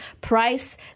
price